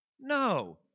No